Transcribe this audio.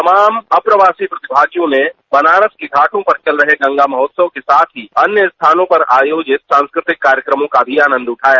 तमाम अप्रवासी प्रतिमागियों ने बनारस के घाटों पर चल रहे गंगा महोत्सव के साथ ही अन्य स्थानों पर आयोजित सांस्कृतिक कार्यक्रमों का भी आनंद उठाया